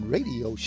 Radio